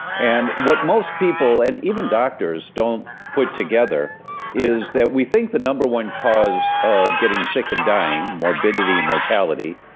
and what most people, and even doctors don't put together is that we think the number one cause of getting second dying, morbidity and mortality,